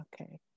Okay